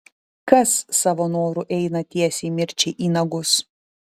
kas savo noru eina tiesiai mirčiai į nagus